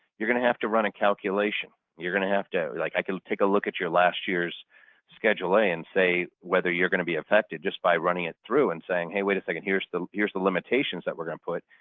you're going to have to run a calculation. you're going to have to, like i can take a look at your last year's schedule a and say whether you're going to be affected just by running it through and saying, hey wait a second, here's the limitations that we're going to put.